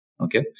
okay